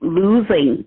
losing